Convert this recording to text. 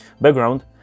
background